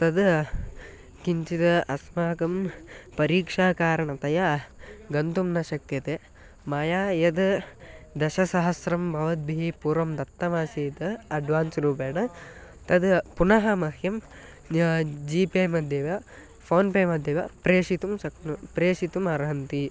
तद् किञ्चित् अस्माकं परीक्षाकारणतया गन्तुं न शक्यते मया यद् दशसहस्रं भवद्भिः पूर्वं दत्तमासीत् अड्वान्स्रूपेण तद् पुनः मह्यं जीपे मध्ये वा फ़ोन्पे मध्ये वा प्रेषितुं शक्नु प्रेषितुम् अर्हन्ति